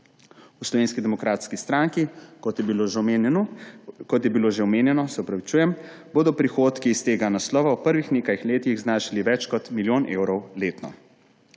po stopnji 5 % od davčne osnove. Kot je bilo že omenjeno, bodo prihodki iz tega naslova v prvih nekaj letih znašali več kot milijon evrov letno.